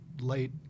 late